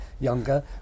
younger